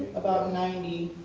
ninety.